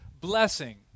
blessing